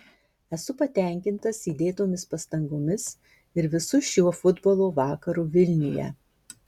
esu patenkintas įdėtomis pastangomis ir visu šiuo futbolo vakaru vilniuje